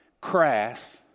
crass